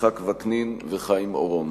יצחק וקנין וחיים אורון.